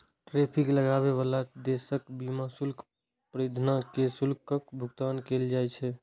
tariff लगाबै बला देशक सीमा शुल्क प्राधिकरण कें शुल्कक भुगतान कैल जाइ छै